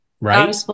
right